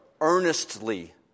earnestly